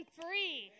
free